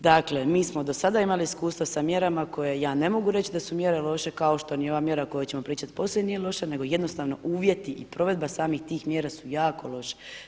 Dakle, mi smo do sada imali iskustva sa mjerama koje ja ne mogu reći da su mjere loše kao ni ova mjera o kojoj ćemo pričati poslije nije loša, nego jednostavno uvjeti i provedba samih tih mjera su jako loši.